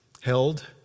held